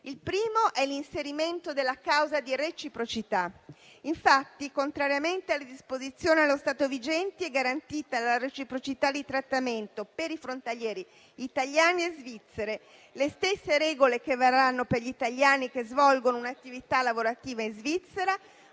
Il primo è l'inserimento della causa di reciprocità. Infatti, contrariamente alle disposizioni allo stato vigenti, è garantita la reciprocità di trattamento per i frontalieri italiani e svizzeri: le stesse regole vigenti per gli italiani che svolgono un'attività lavorativa in Svizzera